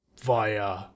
via